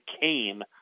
came